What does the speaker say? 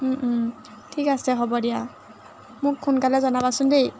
ঠিক আছে হ'ব দিয়া মোক সোনকালে জনাবচোন দেই